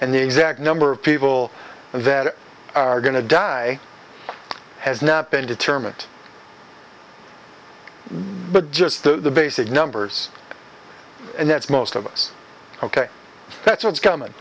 and the exact number of people that are going to die has not been determined but just the basic numbers and that's most of us ok that's what's coming